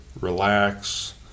relax